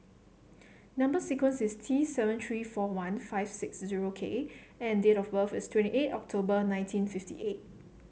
number sequence is T seven three four one five six zero K and date of birth is twenty eight October nineteen fifty eight